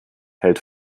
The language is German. hält